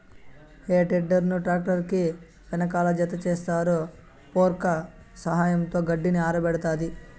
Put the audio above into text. హే tedder ను tractor కి వెనకాల జతచేస్తారు, ఫోర్క్ల సహాయంతో గడ్డిని ఆరబెడతాది